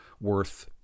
worth